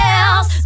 else